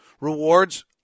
rewards